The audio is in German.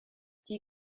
die